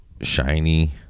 shiny